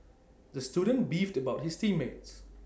the student beefed about his team mates